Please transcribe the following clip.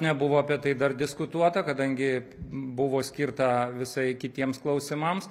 nebuvo apie tai dar diskutuota kadangi buvo skirta visai kitiems klausimams